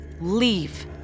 leave